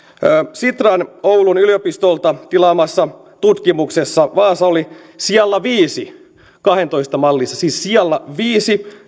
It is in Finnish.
sitran oulun yliopistolta tilaamassa tutkimuksessa vaasa oli sijalla viisi kahdentoista mallissa siis sijalla viisi